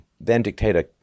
then-dictator